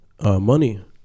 money